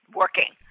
working